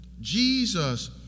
Jesus